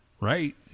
right